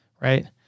right